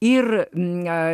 ir ne